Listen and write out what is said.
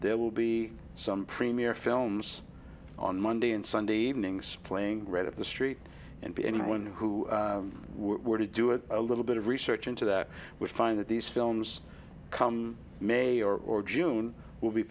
there will be some premier films on monday and sunday evenings playing right of the street and anyone who were to do a little bit of research into that would find that these films come may or june will be